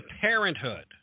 Parenthood